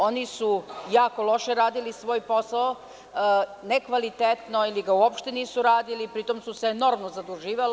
Oni su jako loše radili svoj posao, nekvalitetno ili ga uopšte nisu radili, a pri tom su se enormno zaduživali.